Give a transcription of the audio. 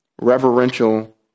Reverential